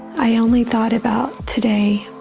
i only thought about today.